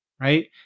right